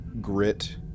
grit